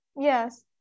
Yes